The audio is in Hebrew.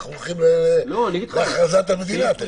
אנחנו הולכים להכרזת המדינה תכף.